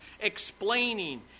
explaining